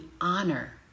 honor